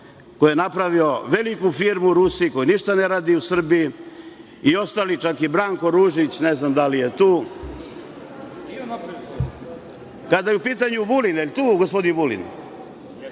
koji je napravio veliku firmu u Rusiji, koji ništa ne radi u Srbiji i ostali, čak i Branko Ružić, ne znam da li je tu. Kada je u pitanju Vulin. Da li je tu gospodin Vulin?